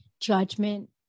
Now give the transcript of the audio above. judgment